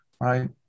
right